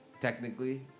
technically